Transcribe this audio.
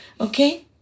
okay